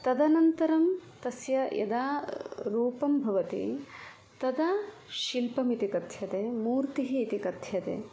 तदनन्तरं तस्य यदा रूपं भवति तदा शिल्पमिति कथ्यते मूर्तिः इति कथ्यते